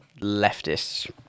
leftists